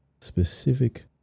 specific